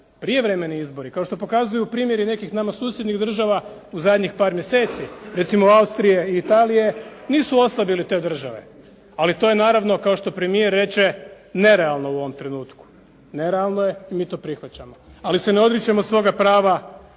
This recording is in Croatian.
Prijevremeni izbori kao što pokazuju primjeri nekih nama susjednih država u zadnjih par mjeseci recimo Austrije i Italije nisu oslabili te države, ali to je naravno kao što premijer reče nerealno u ovom trenutku. Nerealno je i mi to prihvaćamo. Ali se ne odričemo svoga prava